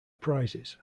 prizes